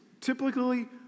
typically